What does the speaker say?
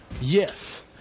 Yes